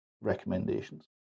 recommendations